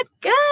good